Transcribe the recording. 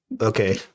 okay